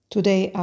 Today